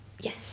Yes